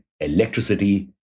electricity